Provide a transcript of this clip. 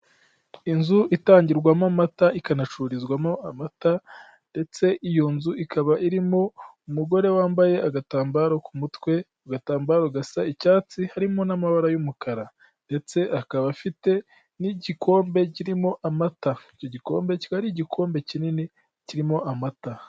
Inzu itangirwamo amata ikanacururizwamo amata, ndetse iyo nzu ikaba irimo umugore wambaye agatambaro ku mutwe, ako gatambaro gasa icyatsi, harimo n'amabara y'umukara, ndetse akaba afite n'igikombe kirimo amata, icyo gikombe kiba ari igikombe kinini kirimo amata.